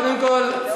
קודם כול,